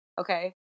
Okay